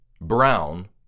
Brown